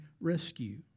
rescue